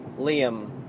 Liam